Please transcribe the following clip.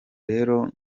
rero